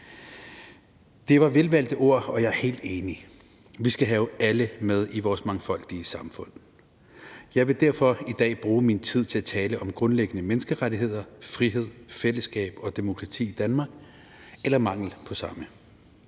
Det var velvalgte ord, og jeg er helt enig. Vi skal have alle med i vores mangfoldige samfund. Jeg vil derfor i dag bruge min tid til at tale om grundlæggende menneskerettigheder, frihed, fællesskab og demokrati i Danmark – eller manglen på samme.